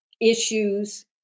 issues